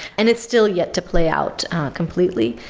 and it's still yet to play out completely.